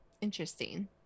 Interesting